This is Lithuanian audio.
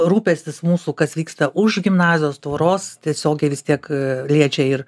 rūpestis mūsų kas vyksta už gimnazijos tvoros tiesiogiai vis tiek liečia ir